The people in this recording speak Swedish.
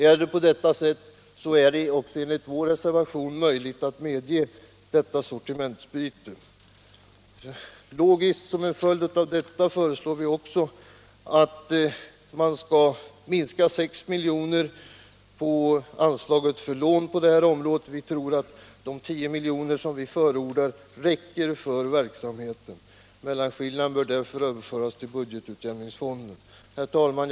Är det på detta sätt, har man också enligt vår reservation möjlighet att medge detta sortimentsbyte. Som en logisk följd av det föreslår vi också att man skall minska 6 miljoner på anslaget för lån på det här området. Vi tror att de 10 miljoner som vi förordar räcker för verksamheten. Mellanskillnaden bör därför överföras till budgetutjämningsfonden. Herr talman!